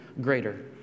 greater